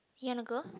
you wanna go